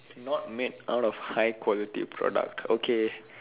not made out of high quality product okay